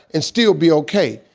and still be okay?